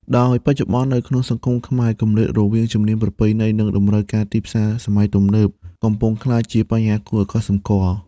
ដោយបច្ចុប្បន្ន នៅក្នុងសង្គមខ្មែរ គម្លាតរវាងជំនាញប្រពៃណី និងតម្រូវការទីផ្សារសម័យទំនើបកំពុងក្លាយជាបញ្ហាគួរឱ្យកត់សម្គាល់។